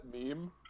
meme